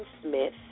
Smith